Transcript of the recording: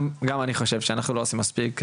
גם אני חושב שאנחנו לא עושים מספיק,